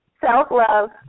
Self-love